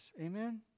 Amen